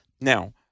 Now